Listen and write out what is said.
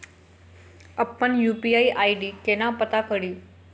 अप्पन UPI ID केना पत्ता कड़ी?